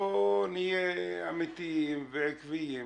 בואו נהיה אמיתיים ועקביים: